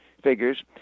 figures